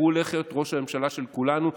והוא הולך להיות ראש הממשלה של כולנו.